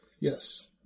Yes